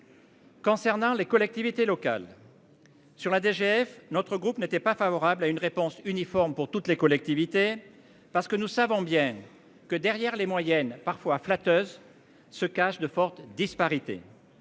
Concernant les collectivités locales. Sur la DGF notre groupe n'était pas favorable à une réponse uniforme pour toutes les collectivités, parce que nous savons bien que derrière les moyennes parfois flatteuse se cache de fortes disparités